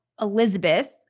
Elizabeth –